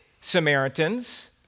Samaritans